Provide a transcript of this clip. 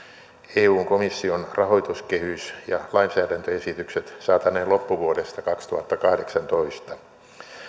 eun komission rahoituskehys ja lainsäädäntöesitykset saataneen loppuvuodesta kaksituhattakahdeksantoista